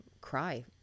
cry